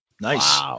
Nice